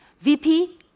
VP